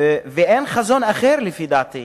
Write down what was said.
ואין חזון אחר, לפי דעתי,